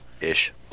Ish